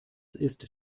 ist